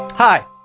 hi,